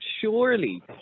surely